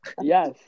Yes